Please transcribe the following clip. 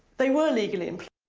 they were legally and